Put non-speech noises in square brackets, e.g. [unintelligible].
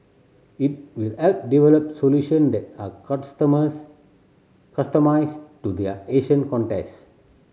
it will help develop solution that are [unintelligible] customised to there Asian context